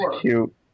cute